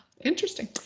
Interesting